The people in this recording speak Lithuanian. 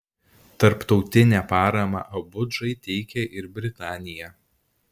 tarptautinę paramą abudžai teikia ir britanija